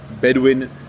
Bedouin